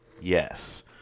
Yes